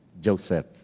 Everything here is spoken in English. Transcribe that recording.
Joseph